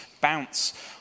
bounce